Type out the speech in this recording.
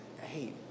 Hey